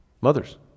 mothers